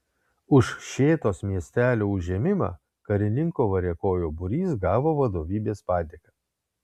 už šėtos miestelio užėmimą karininko variakojo būrys gavo vadovybės padėką